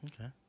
Okay